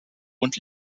und